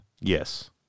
Yes